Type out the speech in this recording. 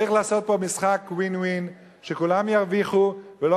צריך לעשות פה משחק win-win שכולם ירוויחו ולא